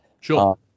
Sure